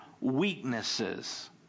weaknesses